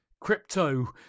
Crypto